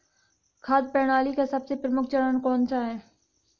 खाद्य प्रणाली का सबसे प्रमुख चरण कौन सा है?